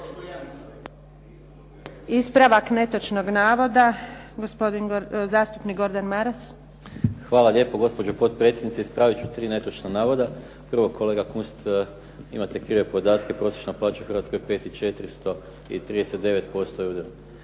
Ispravak netočnog navoda, zastupnik Gordan Maras. **Maras, Gordan (SDP)** Hvala lijepo, gospođo potpredsjednice. Ispravit ću tri netočna navoda. Prvo, kolega Kunst, imate krive podatke. Prosječna plaća u Hrvatskoj je 5400